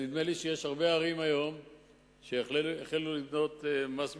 נדמה לי שהיום יש הרבה ערים שהחלו לגבות מס ביטחון,